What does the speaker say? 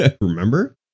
Remember